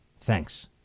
Thanks